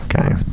okay